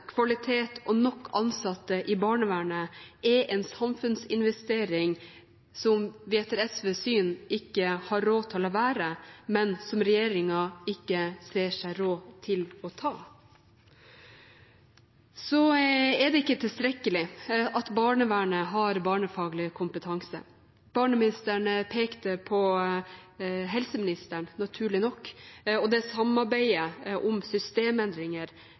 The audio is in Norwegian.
kvalitet og nok ansatte i barnevernet er en samfunnsinvestering som vi etter SVs syn ikke har råd til å la være, men som regjeringen ikke ser seg råd til å ta. Så er det ikke tilstrekkelig at barnevernet har barnefaglig kompetanse. Barneministeren pekte på helseministeren, naturlig nok, og det samarbeidet om systemendringer